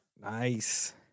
Nice